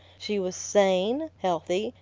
she was sane, healthy,